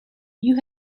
you